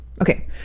Okay